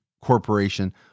Corporation